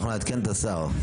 אנחנו נעדכן את השר.